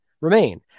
remain